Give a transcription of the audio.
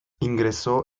ingresó